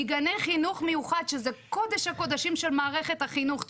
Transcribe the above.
מגני חינוך מיוחד שזה קודש הקודשים של מערכת החינוך,